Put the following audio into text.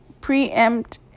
preempt